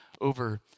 over